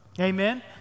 Amen